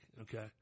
okay